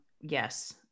yes